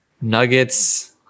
nuggets